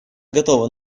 готова